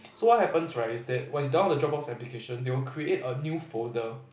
so what happens right is that when you download the Dropbox application they will create a new folder